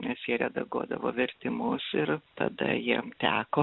nes jie redaguodavo vertimus ir tada jiem teko